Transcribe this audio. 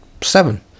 seven